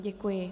Děkuji.